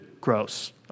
gross